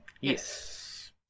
Yes